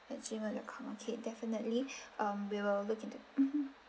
at G mail dot com okay definitely um we will look into mmhmm